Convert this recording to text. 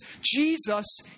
Jesus